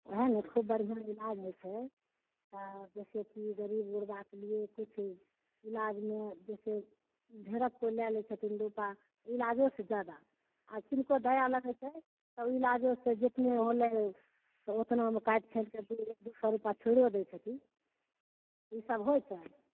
ओएह ने खुब बढ़िआँ इलाज होइ छै आओर जैसे कि गरीब गुरबाके लिए किछु इलाज मे बिशेष ढेरे कुल लए लै छथिन रूपा इलाजो से जादा आ किनको दया लगै छै तऽ इलाजो से जेतने होलै ओतनामे काटि छाटि कऽ दू एक दू सए रूपा छोइड़ो दै छथिन ई सब होइ छै